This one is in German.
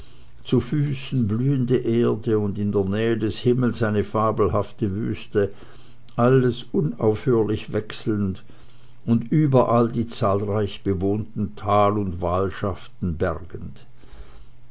zu füßen blühende erde und in der nähe des himmels eine fabelhafte wüste alles unaufhörlich wechselnd und überall die zahlreich bewohnten tal und wahlschaften bergend